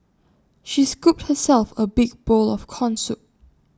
she scooped herself A big bowl of Corn Soup